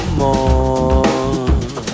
more